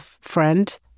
friend